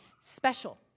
special